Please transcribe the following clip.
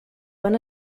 van